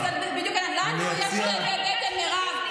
זה בדיוק, לנו יש כאבי בטן, מירב.